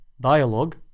dialogue